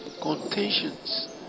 contentions